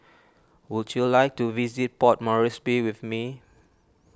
would you like to visit Port Moresby with me